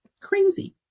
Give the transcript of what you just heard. crazy